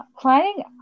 planning